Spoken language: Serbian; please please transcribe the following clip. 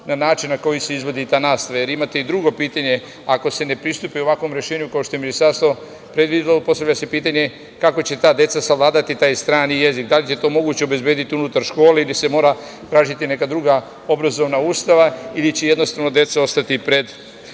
na način na koji se izvodi ta nastava. Jer imate i drugo pitanje. Ako se ne pristupi ovakvom rešenju kao što je Ministarstvo predvidelo, postavlja se pitanje kako će ta deca savladati taj strani jezik, da li je to moguće obezbediti unutar škole ili se mora tražiti neka druga obrazovna ustanova ili će jednostavno deca ostati bez